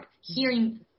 Hearing